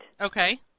Okay